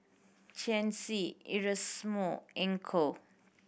Erasmo Enoch